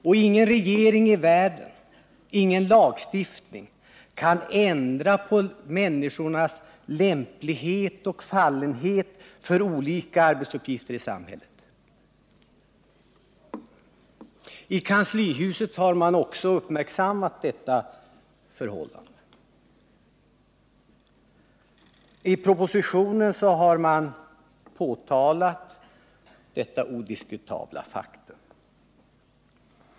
Och ingen regering i världen, ingen lagstiftning, kan ändra på människornas lämplighet och fallenhet för olika arbetsuppgifter i samhället. I kanslihuset har man också uppmärksammat detta förhållande. I propositionen har man påtalat detta odiskutabla faktum.